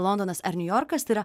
londonas ar niujorkas tai yra